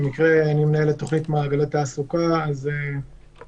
במקרה אני ממונה על תוכנית "מעגלי תעסוקה" אז גם